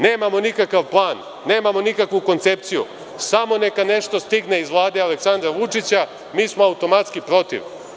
Nemamo nikakav plan, nemamo nikakvu koncepciju, samo neka nešto stigne iz Vlade Aleksandra Vučića, mi smo automatski protiv.